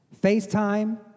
FaceTime